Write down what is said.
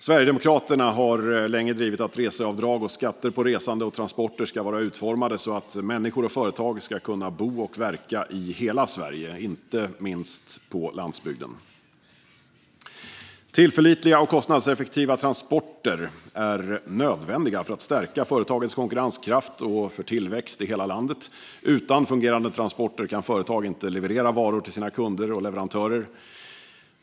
Sverigedemokraterna har länge drivit att reseavdrag och skatter på resande och transporter ska vara utformade så att människor och företag ska kunna bo och verka i hela Sverige, inte minst på landsbygden. Tillförlitliga och kostnadseffektiva transporter är nödvändiga för att stärka företagens konkurrenskraft och för tillväxt i hela landet. Utan fungerande transporter kan företag inte leverera varor till sina kunder och leverantörer.